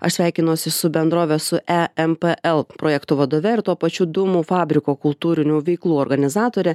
aš sveikinuosi su bendrovės su empl projektų vadove ir tuo pačiu dūmų fabriko kultūrinių veiklų organizatore